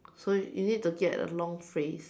so you need to get a long phrase